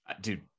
Dude